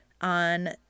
on